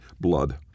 blood